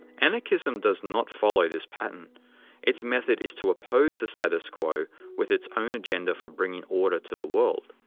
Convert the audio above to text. anarchism does not follow this pattern its method is to oppose the status quo with its own agenda for bringing order to the world.